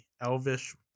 elvish